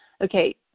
okay